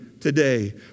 today